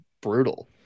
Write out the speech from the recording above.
brutal